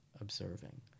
observing